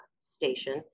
station